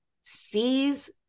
sees